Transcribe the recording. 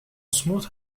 smooth